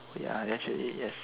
ya actually yes